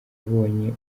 abonye